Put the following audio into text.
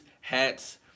hats